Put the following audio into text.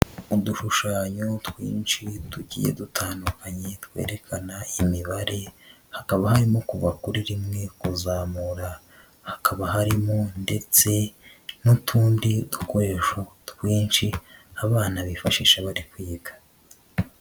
Udushushanyo twinshi tugiye dutandukanye twerekana imibare, hakaba harimo kuva kuri rimwe kuzamura, hakaba harimo ndetse n'utundi dukoresho twinshi abana bifashisha bari kwiga.